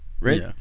Right